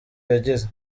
yagize